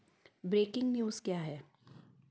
breaking news क्या है